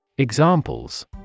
Examples